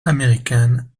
américaine